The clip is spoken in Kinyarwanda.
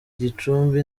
gicumbi